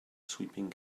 sweeping